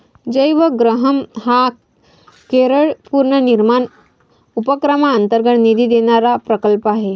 जयवग्रहम हा केरळ पुनर्निर्माण उपक्रमांतर्गत निधी देणारा प्रकल्प आहे